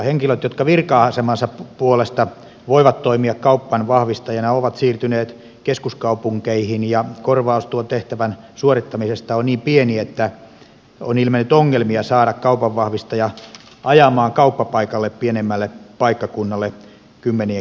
henkilöt jotka virka asemansa puolesta voivat toimia kaupanvahvistajana ovat siirtyneet keskuskaupunkeihin ja korvaus tuon tehtävän suorittamisesta on niin pieni että on ilmennyt ongelmia saada kaupanvahvistaja ajamaan kauppapaikalle pienemmälle paikkakunnalle kymmenien kilometrien päähän